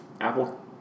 Apple